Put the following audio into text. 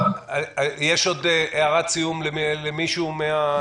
יש עוד הערת סיום למישהו מן הנוכחים?